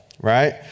Right